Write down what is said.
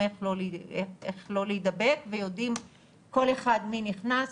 איך לא להידבק ויודעים כל אחד מי נכנס.